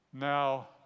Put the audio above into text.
now